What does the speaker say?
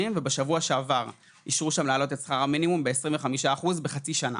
ובשבוע שעבר אישרו שם את העלאת שכר המינימום ב-25% בחצי שנה.